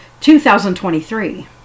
2023